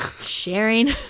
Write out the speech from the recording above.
sharing